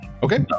Okay